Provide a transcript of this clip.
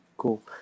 Cool